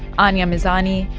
anya mizani,